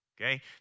Okay